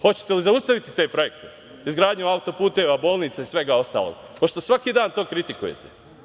Hoćete li zaustaviti te projekte - izgradnju auto-puteva, bolnica i svega ostalog, pošto svaki dan to kritikujete?